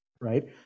Right